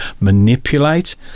manipulate